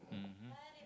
mmhmm